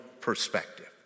perspective